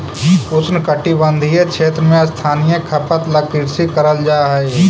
उष्णकटिबंधीय क्षेत्र में स्थानीय खपत ला कृषि करल जा हई